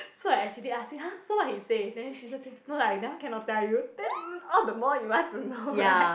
so I actually ask !huh! so what he say then jun sheng say no lah that one cannot tell you then all the more you want to know right